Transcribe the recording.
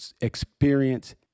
experience